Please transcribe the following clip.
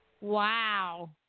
Wow